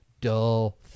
dull